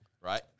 right